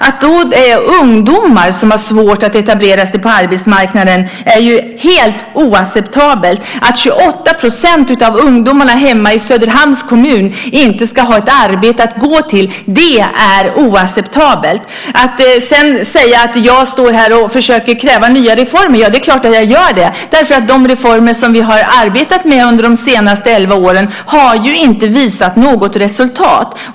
Att det då är ungdomar som har svårt att etablera sig på arbetsmarknaden är helt oacceptabelt. Att 28 % av ungdomarna hemma i Söderhamns kommun inte ska ha ett arbete att gå till är oacceptabelt. Ministern säger att jag står här och försöker kräva nya reformer. Ja, det är klart att jag gör det, därför att de reformer som vi har arbetat med under de senaste elva åren inte har visat något resultat.